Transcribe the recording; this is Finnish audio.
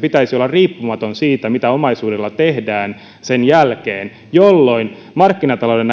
pitäisi olla riippumaton siitä mitä omaisuudella tehdään sen jälkeen eli markkinatalouden